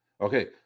okay